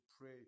pray